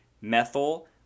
methyl